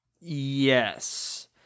Yes